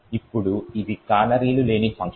ఇప్పుడు ఇది కానరీలు లేని ఫంక్షన్